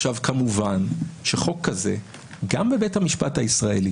כמובן שחוק כזה גם בבית המשפט הישראלי